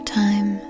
time